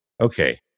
Okay